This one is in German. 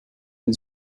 den